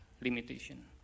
limitation